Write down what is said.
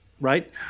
right